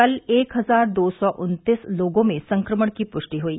कल एक हजार दो सौ उत्तीस लोगों में संक्रमण की पुष्टि हुई